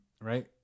Right